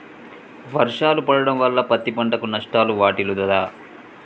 వర్షాలు పడటం వల్ల పత్తి పంటకు నష్టం వాటిల్లుతదా?